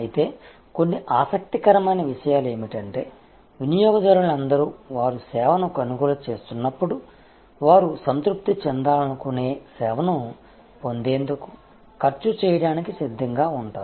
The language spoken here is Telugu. అయితే కొన్ని ఆసక్తికరమైన విషయాలు ఏమిటంటే వినియోగదారునిలందరూ వారు సేవను కొనుగోలు చేస్తున్నప్పుడు వారు సంతృప్తి చెందాలనుకునే సేవను పొందేందుకు ఖర్చు చేయడానికి సిద్ధంగా ఉంటారు